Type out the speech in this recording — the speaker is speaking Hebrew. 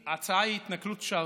מה זה היה כל זה?